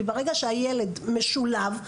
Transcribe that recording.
כי ברגע שהילד משולב,